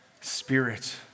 spirit